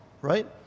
right